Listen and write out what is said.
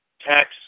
tax